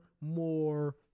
more